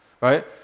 right